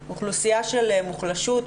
שהיא אוכלוסייה של מוחלשות,